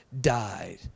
died